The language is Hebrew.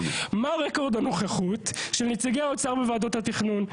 מה רקורד הנוכחות של נציגי האוצר בוועדות התכנון,